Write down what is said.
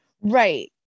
Right